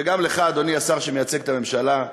וגם לך, אדוני השר שמייצג את הממשלה,